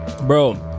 bro